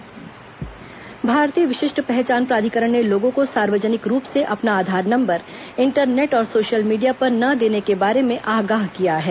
विशिष्ट पहचान प्राधिकरण आधार भारतीय विशिष्ट पहचान प्राधिकरण ने लोगों को सार्वजनिक रूप से अपना आधार नंबर इंटरनेट और सोशल मीडिया पर न देने के बारे में आगाह किया है